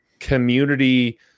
community